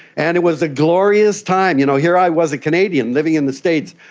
and it was a glorious time. you know here i was, a canadian living in the states,